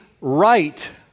right